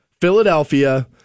Philadelphia